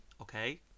okay